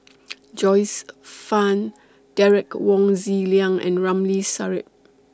Joyce fan Derek Wong Zi Liang and Ramli Sarip